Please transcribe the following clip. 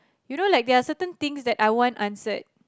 you know like there are certain things that are won't answered